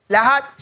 Lahat